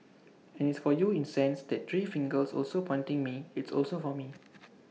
and it's for you in sense that three fingers also pointing me it's also for me